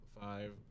five